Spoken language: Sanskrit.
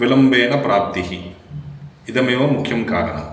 विलम्बेन प्राप्तिः इदमेव मुख्यं कारणम्